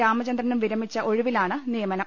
രാമചന്ദ്രനും വിരമിച്ച ഒഴിവിലാണ് നിയമനം